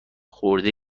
خورده